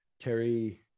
Terry